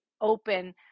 open